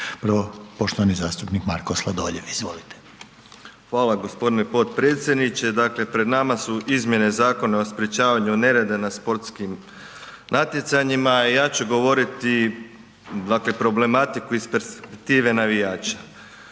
Prvo poštovani zastupnik Marko Sladoljev. Izvolite. **Sladoljev, Marko (MOST)** Hvala gospodine potpredsjedniče. Dakle pred nama su izmjene Zakona o sprječavanju nereda na sportskim natjecanjima i ja ću govoriti dakle problematiku iz perspektive navijača,